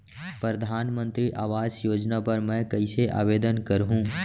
परधानमंतरी आवास योजना बर मैं कइसे आवेदन करहूँ?